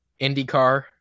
IndyCar